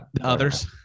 Others